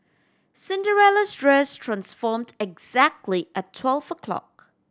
Cinderella's dress transformed exactly at twelve o'clock